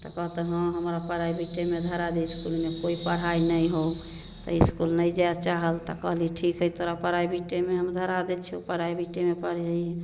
तऽ कहतऽ हँ हमरा प्राइवेटेमे धरा दे इसकुलमे कोइ पढाइ नहि हौ तऽ इसकुल नहि जाय चाहल तऽ कहली ठीक है तोरा प्राइवेटेमे हम धरा दै छियौ प्राइवेटेमे पढिहे